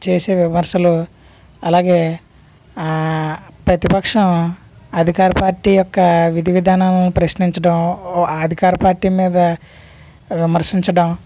చేసే విమర్శలు అలాగే ఆ ప్రతిపక్షం అధికార పార్టీ యొక్క విధి విధానం ప్రశ్నించడం అధికార పార్టీ మీద విమర్శించడం